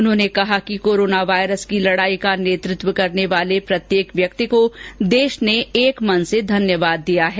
उन्होंने कहा कि कोरोना वायरस की लड़ाई का नेतृत्व करने वाले प्रत्येक व्यक्ति को देश ने एक मन से धन्यवाद दिया है